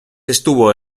estuvo